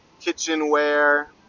kitchenware